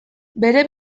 bere